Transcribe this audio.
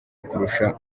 kurusha